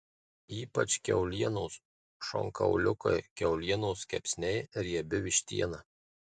ypač kiaulienos šonkauliukai kiaulienos kepsniai riebi vištiena